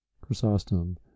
Chrysostom